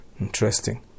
Interesting